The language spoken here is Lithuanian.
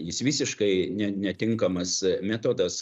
jis visiškai ne netinkamas metodas